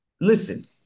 Listen